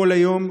כל היום,